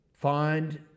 find